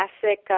classic